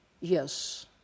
Yes